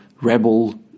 rebel